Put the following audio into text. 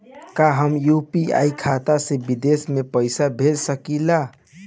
का हम यू.पी.आई खाता से विदेश में पइसा भेज सकिला?